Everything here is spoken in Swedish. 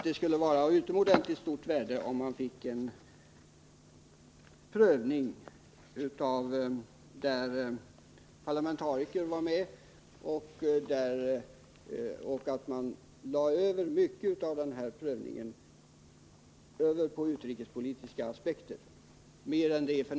Det skulle vara av utomordentligt stort värde att få till stånd en prövning där parlamentariker var med och där man tog mer hänsyn till utrikespolitiska aspekter än f. n.